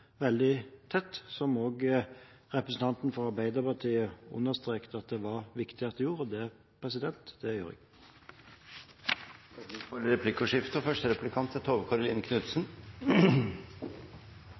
veldig tett, som også representanten for Arbeiderpartiet understreket at det var viktig at jeg gjorde – og det gjør jeg. Det blir replikkordskifte. Det er